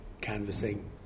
canvassing